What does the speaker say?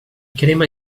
crema